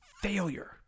failure